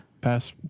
Pass